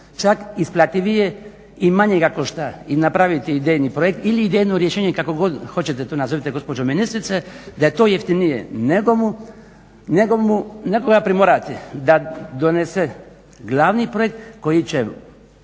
Čak isplativije i manje ga košta i napraviti idejni projekt ili idejno rješenje kako god hoćete to nazovite gospođo ministrice da je to jeftinije nego nekoga primorati da donese glavni projekt koji će